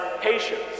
patience